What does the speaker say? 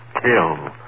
kill